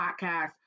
podcast